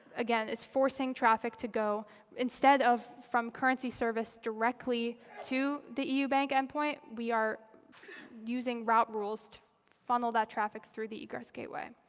again, is forcing traffic to go instead of from currency service directly to the eu bank endpoint, we are using route rules to funnel that traffic through the egress gateway.